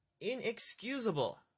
inexcusable